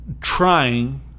trying